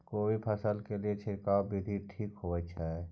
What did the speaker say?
कोबी फसल के लिए छिरकाव विधी ठीक होय छै?